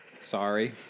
Sorry